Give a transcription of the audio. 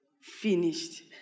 finished